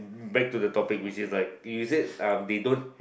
back to the topic which is like you said um they don't